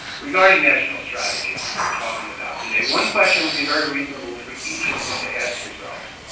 regarding national strategies, which we're talking about today, one question would be very reasonable for each of you to ask yourselves,